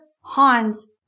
Hans